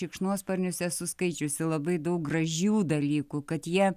šikšnosparnius esu skaičiusi labai daug gražių dalykų kad jie